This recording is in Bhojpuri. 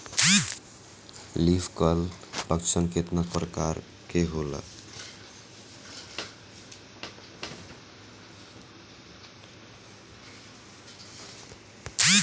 लीफ कल लक्षण केतना परकार के होला?